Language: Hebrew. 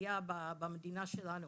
לכליה במדינה שלנו.